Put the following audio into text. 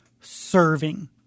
serving